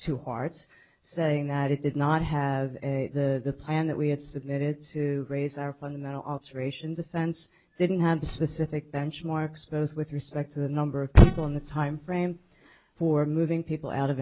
to hearts saying that it did not have a plan that we had submitted to raise our fundamental alteration defense didn't have the specific benchmarks both with respect to the number of people in the timeframe for moving people out of